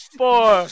four